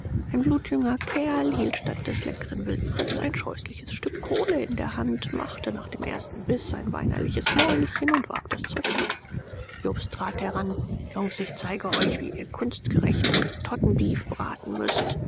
ein blutjunger kerl hielt statt des leckren wildbrets ein scheußliches stück kohle in der hand machte nach dem ersten biß ein weinerliches mäulchen und warf das zeug weg jobst trat heran jungens ich zeige euch wie ihr kunstgerecht hottentottenbeef braten müßt